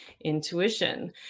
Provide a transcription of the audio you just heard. intuition